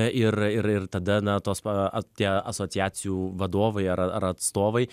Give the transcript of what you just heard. ir ir ir tada na tos pa tie asociacijų vadovai ar ar atstovai